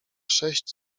sześć